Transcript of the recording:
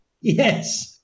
Yes